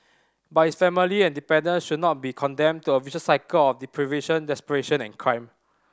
but his family and dependants should not be condemned to a vicious cycle of deprivation desperation and crime